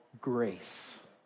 grace